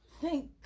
Thank